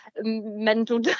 mental